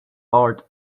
art